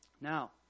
Now